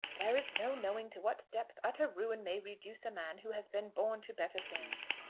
there is no knowing to what depth utter ruin may reduce a man who has been born to better things.